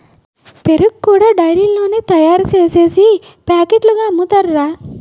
పెరుగు కూడా డైరీలోనే తయారుసేసి పాకెట్లుగా అమ్ముతారురా